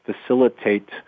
facilitate